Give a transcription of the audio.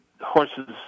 horses